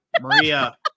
Maria